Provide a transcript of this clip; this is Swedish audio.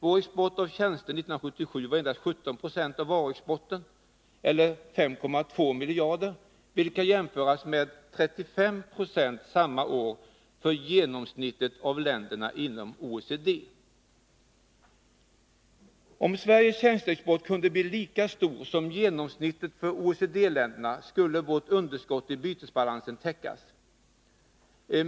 Vår export av tjänster 1977 var endast 17 26 av varuexporten, eller 15,2 miljarder, vilket kan jämföras med 35 76 samma år för genomsnittet för länderna inom OECD. Om Sveriges tjänsteexport kunde bli lika stor som genomsnittet för OECD-länderna skulle vårt underskott i bytesbalansen täckas.